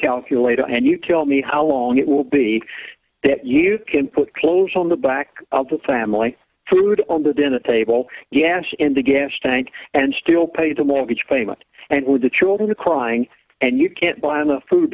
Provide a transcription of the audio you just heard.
calculator and you tell me how long it will be that you can put clothes on the back of the family food on the dinner table gas in the gas tank and still pay the mortgage payment and with the children crying and you can't buy enough food